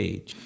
Age